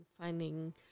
finding